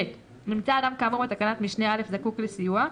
נמצא אדם כאמור בתקנת משנה (א) זקוק לסיוע,